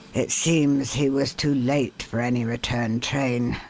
it seems he was too late for any return train,